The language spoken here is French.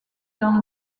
dans